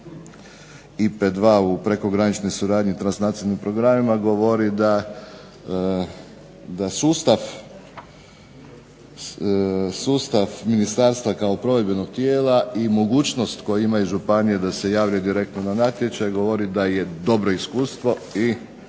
IPA 2 u prekograničnoj suradnji transnacionalnim programima govori da sustav ministarstva kao provedbenog tijela i mogućnost koju imaju županije da se jave direktno na natječaj govori da je dobro iskustvo.